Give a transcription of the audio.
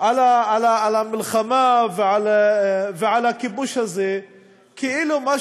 על המלחמה ועל הכיבוש הזה כאילו זה